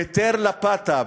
מטר לה פאטה.